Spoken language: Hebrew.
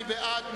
מי בעד?